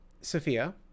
Sophia